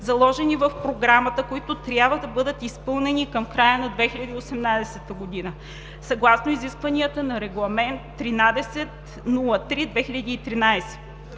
заложени в Програмата, които трябва да бъдат изпълнени към края на 2018 г. съгласно изискванията на Регламент 1303/2013